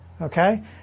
Okay